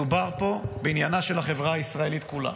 מדובר פה בעניינה של החברה הישראלית כולה,